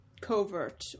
covert